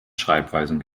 schreibweisen